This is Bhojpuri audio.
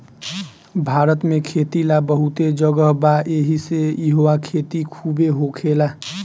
भारत में खेती ला बहुते जगह बा एहिसे इहवा खेती खुबे होखेला